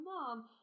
mom